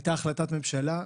הייתה החלטת ממשלה,